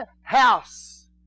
house